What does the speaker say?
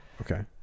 Okay